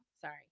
sorry